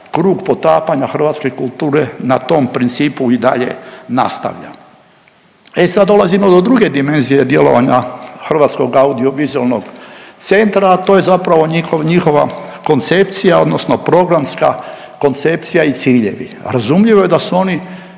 krug potapanja hrvatske kulture na tom principu i dalje nastavlja. E sad dolazimo do druge dimenzije djelovanja Hrvatskog audiovizualnog centra, a to je zapravo njihova koncepcija odnosno programska koncepcija i ciljevi. Razumljivo je da su oni